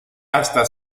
hasta